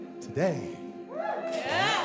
today